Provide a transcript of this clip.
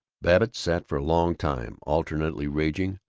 babbitt sat for a long time, alternately raging,